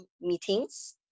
meetings